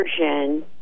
version